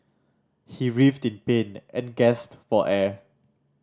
he writhed in pain and gasped for air